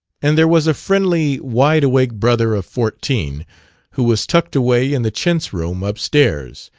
and there was a friendly, wide-awake brother of fourteen who was tucked away in the chintz room up stairs,